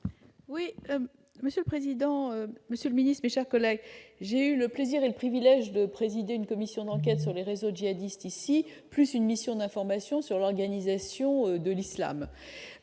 Oui, monsieur le président, Monsieur le ministre déjà collègues, j'ai le plaisir et le privilège de présider une commission d'enquête sur les réseaux djihadistes ici plus une mission d'information sur l'organisation de l'Islam,